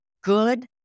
good